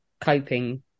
coping